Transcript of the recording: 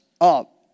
up